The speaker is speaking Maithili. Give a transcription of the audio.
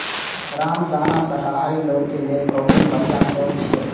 रामदाना शाकाहारी लोक लेल प्रोटीनक बढ़िया स्रोत छियै